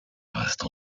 reste